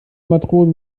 matrosen